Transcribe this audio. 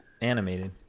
animated